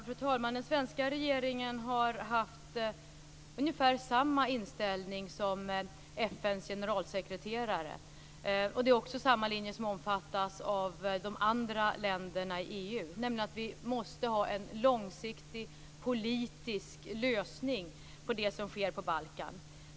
Fru talman! Den svenska regeringen har haft ungefär samma inställning som FN:s generalsekreterare. Det är samma linje som omfattas av de andra länderna i EU, nämligen att vi måste ha en långsiktig politisk lösning på det som sker på Balkan.